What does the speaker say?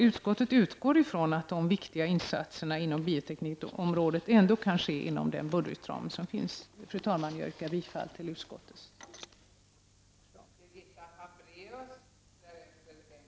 Utskottet utgår därför ifrån att de viktiga insatserna inom bioteknikområdet ändå kan ske inom budgetramen. Fru talman! Jag yrkar bifall till utskottets hemställan.